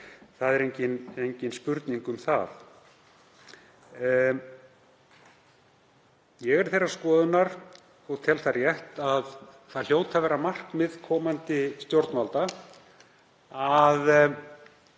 það er engin spurning. Ég er þeirrar skoðunar, og tel það rétt, að það hljóti að vera markmið komandi stjórnvalda að